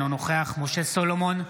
אינו נוכח משה סולומון,